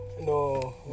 No